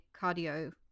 cardio